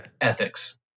Ethics